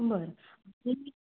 बरं